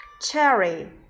cherry